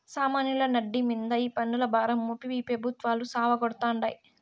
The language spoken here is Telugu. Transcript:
సామాన్యుల నడ్డి మింద ఈ పన్నుల భారం మోపి ఈ పెబుత్వాలు సావగొడతాండాయి